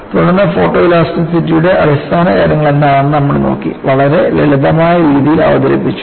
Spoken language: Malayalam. തുടർന്ന് ഫോട്ടോഇലാസ്റ്റിസിറ്റിയുടെ അടിസ്ഥാനകാര്യങ്ങൾ എന്താണെന്ന് നമ്മൾ നോക്കി വളരെ ലളിതമായ രീതിയിൽ അവതരിപ്പിച്ചു